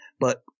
But-